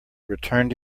returned